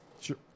Sure